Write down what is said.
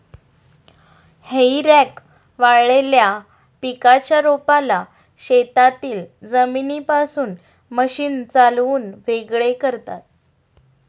हेई रेक वाळलेल्या पिकाच्या रोपाला शेतातील जमिनीपासून मशीन चालवून वेगळे करतात